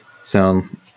sound